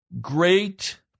great